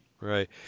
Right